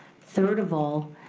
third of all,